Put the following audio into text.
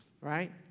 right